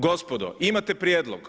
Gospodo, imate prijedlog.